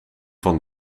van